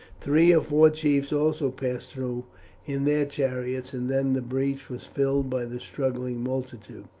three or four chiefs also passed through in their chariots, and then the breach was filled by the struggling multitude,